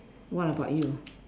what about you